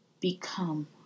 become